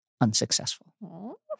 unsuccessful